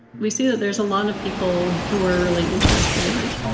we see that there's a lot of people who are really interested in it